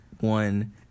one